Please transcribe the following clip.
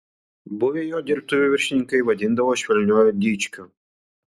buvę jo dirbtuvių viršininkai vadindavo švelniuoju dičkiu